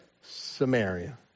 Samaria